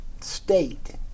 state